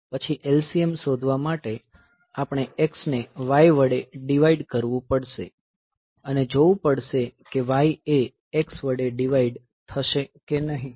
પછી LCM શોધવા માટે આપણે x ને y વડે ડીવાઈડ કરવું પડશે અને જોવું પડશે કે y એ x વડે ડીવાઈડ થાય છે કે નહિ